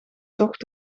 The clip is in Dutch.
tocht